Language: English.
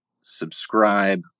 subscribe